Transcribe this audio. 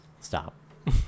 stop